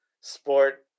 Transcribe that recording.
sport